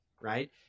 right